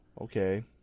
Okay